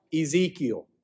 Ezekiel